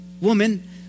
woman